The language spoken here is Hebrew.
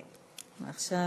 ועכשיו